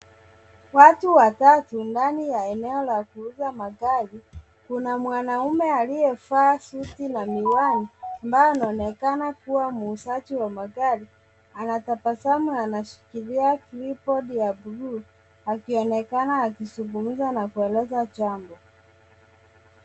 Watu watatu ndani ya eneo la kuuza magari kuna mwanaume aliyevaa suti na miwani ambaye anaonekana kua muuzaji wa magari anatabasamu anashikilia Click Board ya bluu akionekana akizungumza na kueleza jambo.